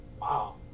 Wow